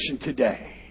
today